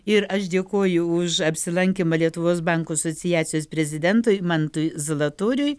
ir aš dėkoju už apsilankymą lietuvos bankų asociacijos prezidentui mantui zalatoriui